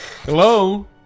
hello